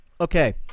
Okay